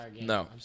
No